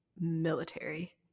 military